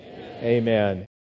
Amen